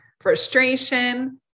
frustration